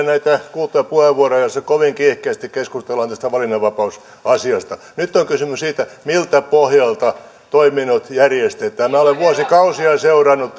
näitä kuultuja puheenvuoroja joissa kovin kiihkeästi keskustellaan tästä valinnanvapausasiasta nyt on kysymys siitä miltä pohjalta toiminnot järjestään minä olen vuosikausia seurannut